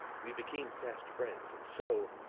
we became fast friends and so,